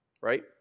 right